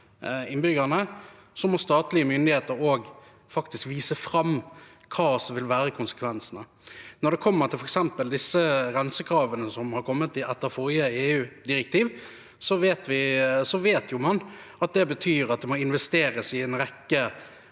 må statlige myndigheter vise fram hva som vil være konsekvensene. Når det gjelder f.eks. de rensekravene som har kommet til etter forrige EU-direktiv, vet man at det betyr at det må investeres i en rekke